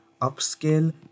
upscale